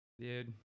Dude